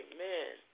Amen